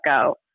go